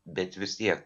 bet vis tiek